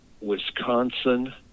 Wisconsin